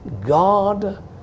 God